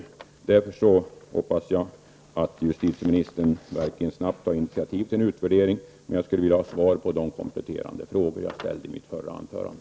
Därför hoppas jag verkligen att justitieministern snabbt tar initiativ till en utvärdering. Jag skulle också vilja ha svar på de kompletterande frågor som jag ställde i mitt förra anförande.